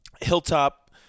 Hilltop